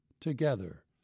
together